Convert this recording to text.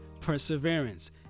perseverance